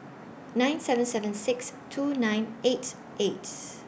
nine seven seven six two nine eight eight